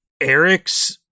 Eric's